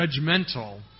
judgmental